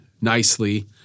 nicely